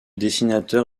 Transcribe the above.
dessinateur